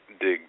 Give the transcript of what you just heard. dig